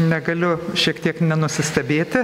negaliu šiek tiek nenusistebėti